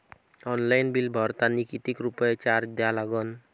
Online bill भरतानी कितीक रुपये चार्ज द्या लागन?